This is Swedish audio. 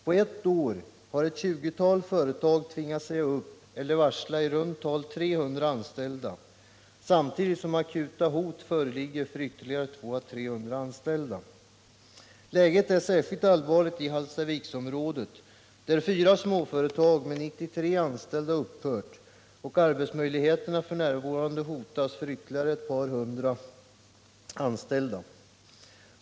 På ett år har ett 20-tal företag tvingats säga upp eller varsla i runt tal 300 anställda samtidigt som akuta hot föreligger för ytterligare 200-300 anställda. Läget är särskilt allvarligt i Hallstaviksområdet, där fyra småföretag med 93 anställda upphört och arbetsmöjligheterna f. n. hotas för ytterligare ett par hundra anställda.